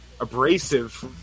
abrasive